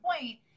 point